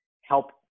help